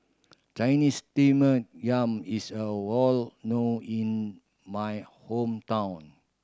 Chinese Steamed Yam is a wall known in my hometown